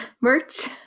merch